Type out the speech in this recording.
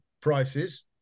prices